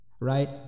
right